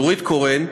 נורית קורן,